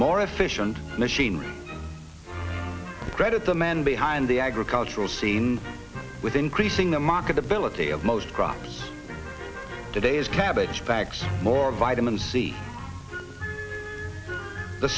more efficient machine credit the man behind the agricultural scene with increasing the market ability of most crops today is cabbage facts more vitamin c the